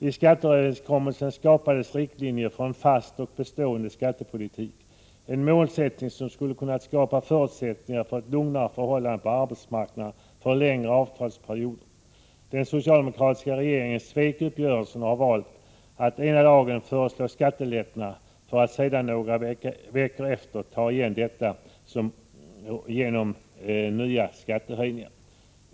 I skatteöverenskommelsen skapades riktlinjer för en fast och bestående skattepolitik, en målsättning som skulle kunna skapa förutsättningar för ett lugnare förhållande på arbetsmarknaden, för en längre avtalsperiod. Den socialdemokratiska regeringen svek uppgörelsen och har valt att ena dagen föreslå skattelättnader för att några veckor senare ta igen detta genom nya skattehöjningar.